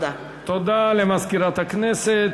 הודעה למזכירת הכנסת.